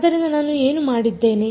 ಆದ್ದರಿಂದ ನಾನು ಏನು ಮಾಡಿದ್ದೇನೆ